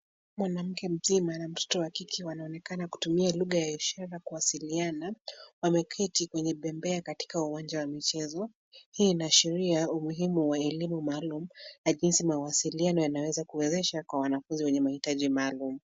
Mwanamke mzima na mtoto wa kike wanaonekana kutumia lugha ya ishara kuwasiliana. Wameketi kwenye bembea katika uwanja wa michezo. Hii inaashiria umuhimu wa elimu maalum na jinsi mawasiliano yanaweza kuwezesha kwa wanafunzi wenye mahitaji maalum.